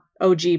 og